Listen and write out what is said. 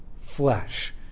flesh